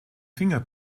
finger